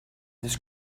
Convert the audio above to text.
this